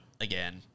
again